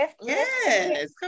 yes